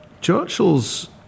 Churchill's